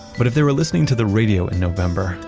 but if they were listening to the radio in november,